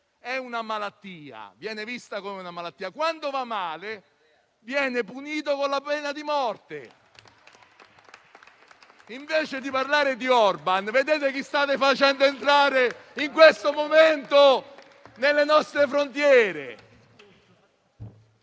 quando va bene, viene vista come una malattia, e, quando va male, viene punita con la pena di morte. Invece di parlare di Orbàn, vedete chi state facendo entrare in questo momento dalle nostre frontiere.